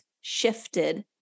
shifted